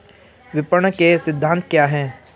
विपणन के सिद्धांत क्या हैं?